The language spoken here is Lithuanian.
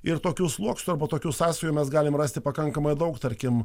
ir tokių sluoksnių arba tokių sąsajų mes galim rasti pakankamai daug tarkim